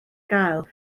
gael